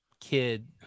kid